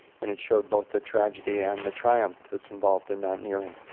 and it showed both the tragedy and the triumph that's involved in mountaineering.